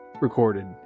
Recorded